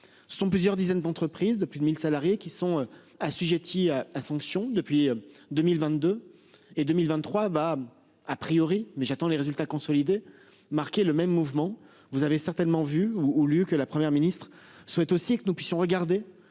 ce sont plusieurs dizaines d'entreprises de plus de 1000 salariés qui sont assujettis à fonction depuis 2022 et 2023. Bah a priori mais j'attends les résultats consolidés marqué le même mouvement. Vous avez certainement vu ou lu que la première ministre souhaite aussi que nous puissions regarder